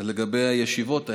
לגבי הישיבות.